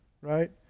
Right